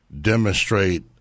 demonstrate